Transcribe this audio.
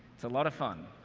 it's a lot of fun.